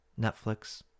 Netflix